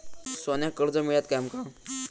सोन्याक कर्ज मिळात काय आमका?